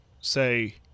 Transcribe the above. say